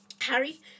Harry